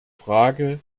frage